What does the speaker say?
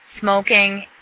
smoking